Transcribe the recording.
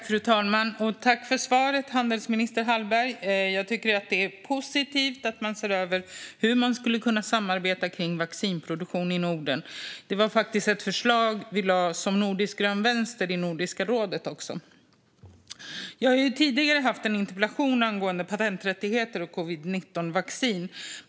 Fru talman! Jag tackar handelsminister Hallberg för svaret. Jag tycker att det är positivt att man ser över hur man skulle kunna samarbeta kring vaccinproduktion i Norden. Det var faktiskt också ett förslag vi lade fram med Nordisk grön vänster i Nordiska rådet. Jag har tidigare skrivit en interpellation angående patenträttigheter och covid-19-vaccin.